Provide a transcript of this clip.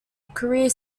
career